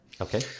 Okay